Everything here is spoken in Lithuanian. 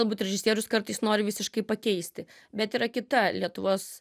galbūt režisierius kartais nori visiškai pakeisti bet yra kita lietuvos